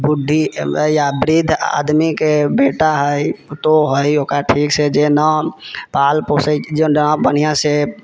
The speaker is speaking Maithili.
बुढ़ि या वृद्ध आदमीके बेटा हइ पुतोहु हइ ओकरा ठीकसँ जे नहि पाल पोषै जे नहि बढ़िआँसँ